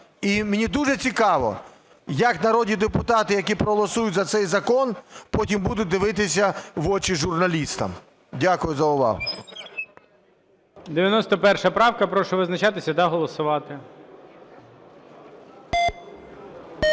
І мені дуже цікаво, як народні депутати, які проголосують за цей закон, потім будуть дивитися в очі журналістам. Дякую за увагу.